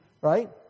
Right